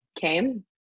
came